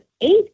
eight